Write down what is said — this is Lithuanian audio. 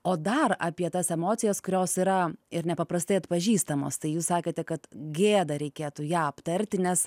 o dar apie tas emocijas kurios yra ir nepaprastai atpažįstamos tai jūs sakėte kad gėda reikėtų ją aptarti nes